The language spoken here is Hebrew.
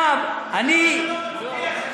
עכשיו, אני, אז למה אתה לא מצביע?